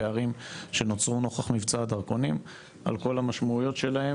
הפערים שנוצרו נוכח מבצע הדרכונים על כל המשמעויות שלהם,